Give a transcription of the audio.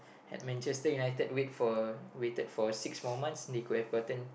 had Manchester-United wait for waited for six more months they could have gotten